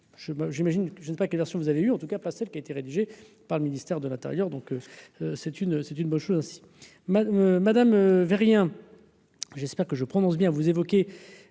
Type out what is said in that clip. je ne sais pas quelle version vous avez eu en tout cas pas celle qui a été rédigé par le ministère de l'Intérieur, donc c'est une, c'est une bonne chose aussi ma madame veut rien, j'espère que je prononce bien vous évoquez